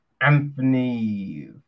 Anthony